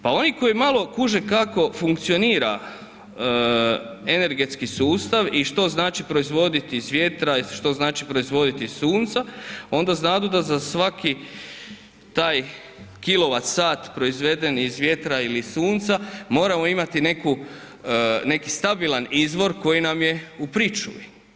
Pa oni koji malo kuže kako funkcionira energetski sustav i što znači proizvoditi iz vjetra, što znači proizvoditi iz sunca, onda znadu da za svaki taj kilovat sat proizveden iz vjetra ili iz sunca, moramo imati neki stabilan izvor koji nam je u pričuvi.